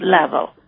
level